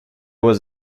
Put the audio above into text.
was